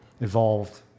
evolved